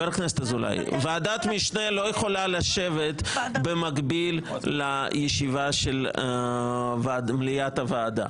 ועדת משנה לא יכולה לשבת במקביל למליאת הוועדה.